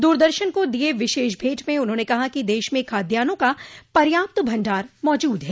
दूरदर्शन को दिए विशेष भेंट में उन्होंने कहा कि देश में खाद्यान्नों का पर्याप्त भंडार मौजूद है